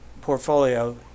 portfolio